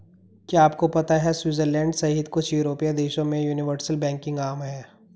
क्या आपको पता है स्विट्जरलैंड सहित कुछ यूरोपीय देशों में यूनिवर्सल बैंकिंग आम है?